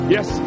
Yes